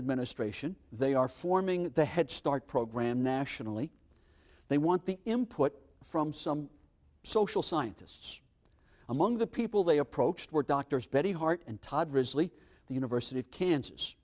administration they are forming the head start program nationally they want the input from some social scientists among the people they approached were doctors betty hart and todd risley the university of kansas